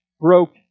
broke